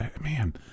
man